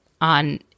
on